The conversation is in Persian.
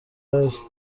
است